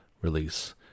release